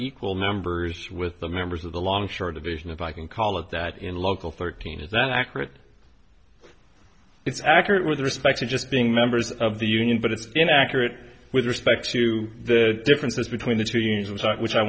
equal numbers with the members of the long short a vision if i can call it that in local thirteen is that accurate it's accurate with respect to just being members of the union but it's inaccurate with respect to the differences between the two teams which are which i